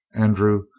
Andrew